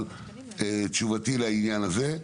אבל תשובתי לעניין הזה,